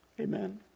Amen